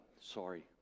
sorry